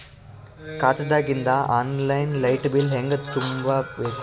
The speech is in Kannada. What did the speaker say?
ಖಾತಾದಾಗಿಂದ ಆನ್ ಲೈನ್ ಲೈಟ್ ಬಿಲ್ ಹೇಂಗ ತುಂಬಾ ಬೇಕು?